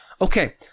okay